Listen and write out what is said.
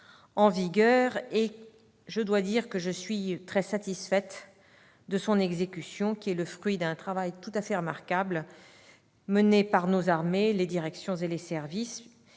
en vigueur. Je dois dire que je suis très satisfaite de son exécution, qui est le fruit d'un travail tout à fait remarquable mené par nos armées, directions et services.